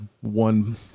one